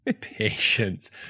patience